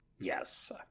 Yes